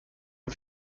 dem